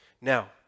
Now